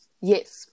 Yes